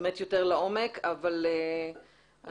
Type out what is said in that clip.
יותר לעומק, אבל אנחנו נמשיך.